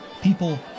People